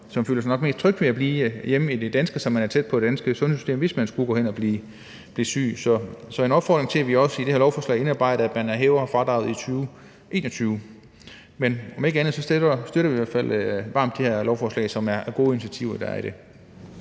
som føler sig mest trygge ved at blive hjemme i det danske, så man er tæt på det danske sundhedssystem, hvis man skulle gå hen og blive syg. Så det er en opfordring til, at vi også i det her lovforslag indarbejder, at man hæver fradraget i 2021. Men om ikke andet støtter vi i hvert fald varmt det her lovforslag, som der er gode initiativer i.